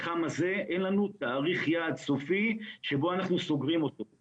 אין לנו תאריך יעד סופי שבו אנחנו סוגרים את המתחם הזה,